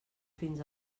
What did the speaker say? fins